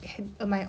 at my